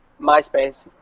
MySpace